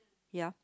ya